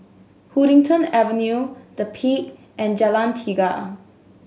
Huddington Avenue The Peak and Jalan Tiga